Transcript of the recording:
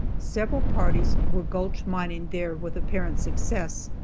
several parties were gulch mining there with apparent success,